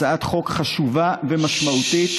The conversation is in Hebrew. הצעת חוק חשובה ומשמעותית,